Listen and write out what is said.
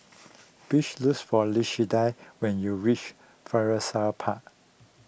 please looks for Lashunda when you reach Florissa Park